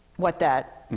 what that